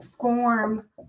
form